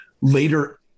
later